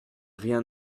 rien